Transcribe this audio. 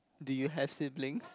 do you have siblings